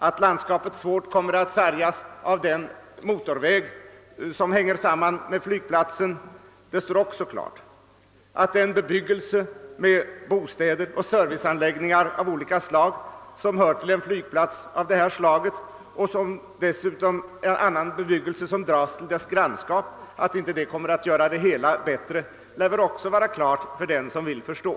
Att landskapet svårt kommer att sargas av den motorvväg som hänger samman med flygplatsen står också klart. Att den bebyggelse med bostäder och serviceanläggningar av olika slag som hör till en flygplats av detta slag och annan bebyggelse som dras till dess grannskap, inte kommer att göra det hela bättre, lär väl också vara klart för den som vill förstå.